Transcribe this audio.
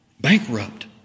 bankrupt